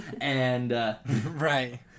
Right